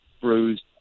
bruised